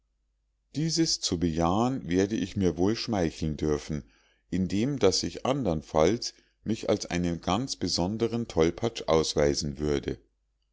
dieses zu bejahen werde ich mir wohl schmeicheln dürfen indem daß ich andernfalls mich als einen ganz besonderen tollpatsch ausweisen würde